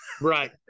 Right